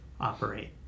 operate